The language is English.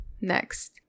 next